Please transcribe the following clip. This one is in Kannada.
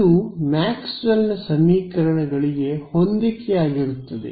ಇದು ಮ್ಯಾಕ್ಸ್ವೆಲ್ನ ಸಮೀಕರಣಗಳಿಗೆ ಹೊಂದಿಕೆಯಾಗಿರುತ್ತದೆ